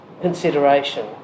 consideration